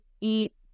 eat